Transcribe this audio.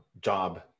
job